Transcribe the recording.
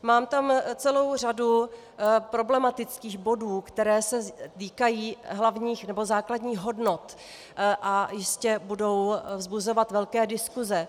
Mám tam celou řadu problematických bodů, které se týkají hlavních nebo základních hodnot a jistě budou vzbuzovat velké diskuse.